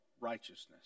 righteousness